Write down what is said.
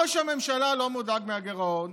שלושה ימי בחירות